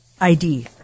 ID